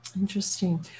Interesting